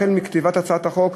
החל מכתיבת הצעת החוק,